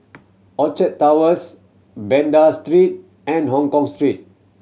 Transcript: Orchard Towers Banda Street and Hongkong Street